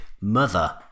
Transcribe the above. mother